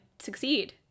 succeed